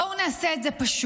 בואו נעשה את זה פשוט: